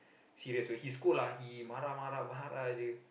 serious when he scold ah he marah marah marah je